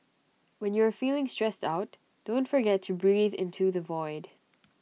when you are feeling stressed out don't forget to breathe into the void